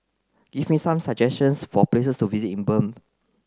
give me some suggestions for places to visit in Bern